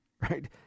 right